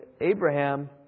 Abraham